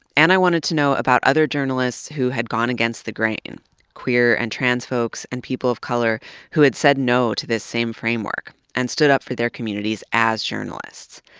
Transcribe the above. and i wanted to know about other journalists who had gone against the grain queer and trans folks and people of color who had said no to this same framework, and stood up for their communities as journalists.